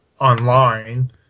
online